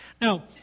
Now